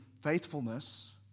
faithfulness